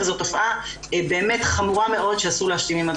וזו תופעה חמורה מאוד שאסור להסכים עמה.